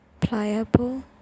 pliable